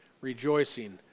rejoicing